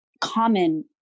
common